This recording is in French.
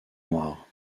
noire